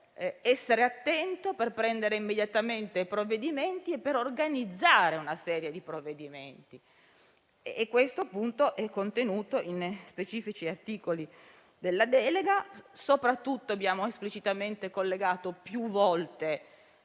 essere attento, per prendere immediatamente dei provvedimenti e per organizzare una serie di provvedimenti. Questo punto è contenuto in specifici articoli della delega: abbiamo soprattutto collegato esplicitamente e più volte